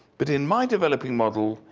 but in my developing model,